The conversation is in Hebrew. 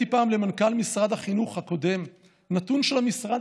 הראיתי פעם למנכ"ל משרד החינוך הקודם נתון של המשרד